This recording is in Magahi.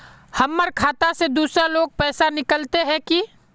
हमर खाता से दूसरा लोग पैसा निकलते है की?